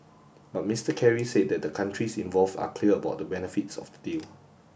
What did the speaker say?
but Mister Kerry said that the countries involve are clear about the benefits of the deal